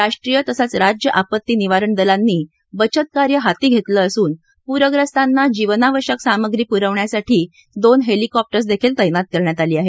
राष्ट्रीय तसंच राज्य आपत्ती निवारण दलांनी बचतकार्य हाती घेतलं असून पूर्यस्तांना जीवनावश्यक सामग्री पुरवण्यासाठी दोन हेलिकॉप्टर्स देखील तैनात करण्यात आली आहेत